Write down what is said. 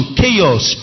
chaos